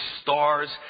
stars